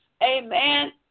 amen